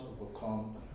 overcome